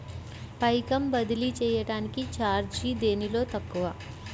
పైకం బదిలీ చెయ్యటానికి చార్జీ దేనిలో తక్కువ?